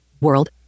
World